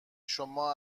شما